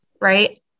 right